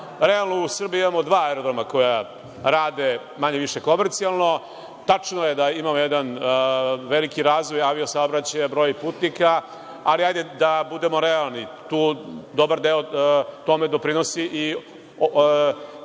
Realno, u Srbiji imamo dva aerodroma koja rade manje-više komercijalno. Tačno je da imamo jedan veliki razvoj avio-saobraćaja, broj putnika, ali hajde da budemo realni, tu dobar deo tome doprinosi i